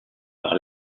par